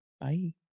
bye